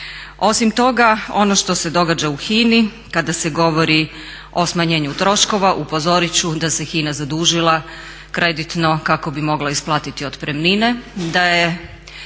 Osim toga, ono što se događa u HINA-i kada se govori o smanjenju troškova upozorit ću da se HINA zadužila kreditno kako bi mogla isplatiti otpremnine, da je